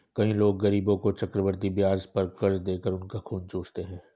कई लोग गरीबों को चक्रवृद्धि ब्याज पर कर्ज देकर उनका खून चूसते हैं